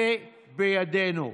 זה בידינו.